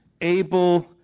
able